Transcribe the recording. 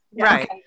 Right